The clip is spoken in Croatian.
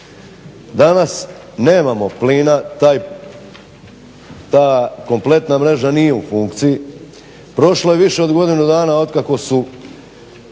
Danas nemamo plina, ta kompletna mreža nije u funkciji. Prošlo je više od godinu dana otkako su